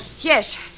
Yes